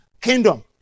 Kingdom